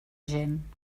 gent